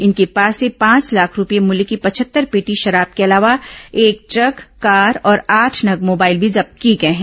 इनके पास से पांच लाख रूपए मुल्य की पचहत्तर पेटी शराब के अलावा एक ट्रक कार और आठ नग मोबाइल भी जब्त किए गए हैं